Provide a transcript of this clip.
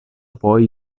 poi